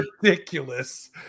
ridiculous